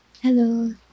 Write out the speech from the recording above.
Hello